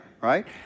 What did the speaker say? right